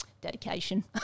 dedication